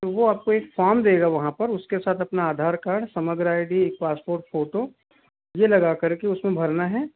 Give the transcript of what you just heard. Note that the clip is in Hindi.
वो आप को एक फॉर्म देगा वहाँ उसके साथ अपना Aadhaar card Samagra I D एक पासपोर्ट फोटो ये लगा कर के उस में भरना है